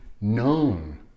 known